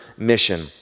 Mission